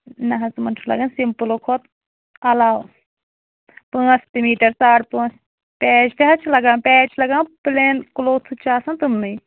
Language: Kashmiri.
نہ حظ تِمَن چھُ لَگَان سِمپٕلو کھۄتہٕ علاوٕ پانٛژھ تہِ میٖٹَر ساڑ پٲنٛژھ پیچ تہِ حظ چھِ لَگَان پیچ چھِ لَگَان پٕلین کُلوتھٕز چھِ آسان تِمنٕے